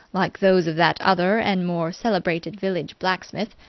like those of that other and more celebrated village blacksmith,